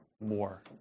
more